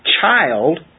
child